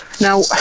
Now